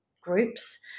groups